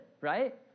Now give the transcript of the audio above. right